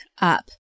up